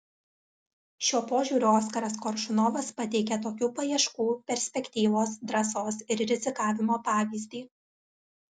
šiuo požiūriu oskaras koršunovas pateikia tokių paieškų perspektyvos drąsos ir rizikavimo pavyzdį